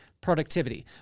productivity